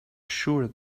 sure